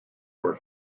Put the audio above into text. were